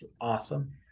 awesome